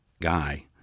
guy